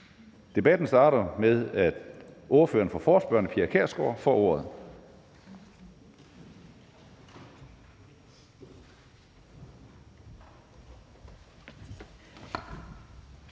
Debatten starter med, at ordføreren for forespørgerne, Pia Kjærsgaard, får ordet.